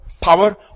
power